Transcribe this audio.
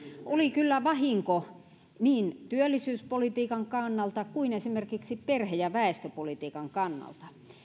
oli kyllä vahinko niin työllisyyspolitiikan kannalta kuin esimerkiksi perhe ja väestöpolitiikan kannalta